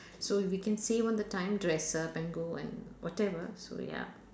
so we can save on the time dress up and go and whatever so ya